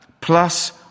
plus